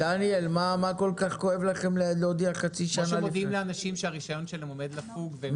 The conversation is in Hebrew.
כמו שמודיעים לאנשים שהרישיון שלהם עומד לפוג.